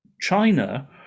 China